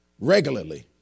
regularly